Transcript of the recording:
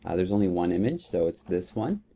ah there's only one image, so it's this one.